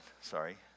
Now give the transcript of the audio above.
sorry